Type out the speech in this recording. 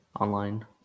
online